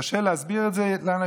קשה להסביר את זה לאנשים,